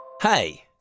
Hey